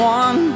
one